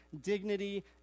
dignity